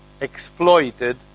exploited